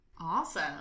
Awesome